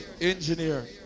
engineer